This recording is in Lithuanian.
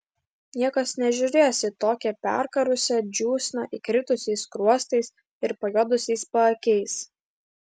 niekas nežiūrės į tokią perkarusią džiūsną įkritusiais skruostais ir pajuodusiais paakiais